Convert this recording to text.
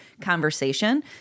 conversation